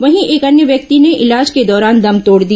वहीं एक अन्य व्यक्ति ने इलाज के दौरान दम तोड़ दिया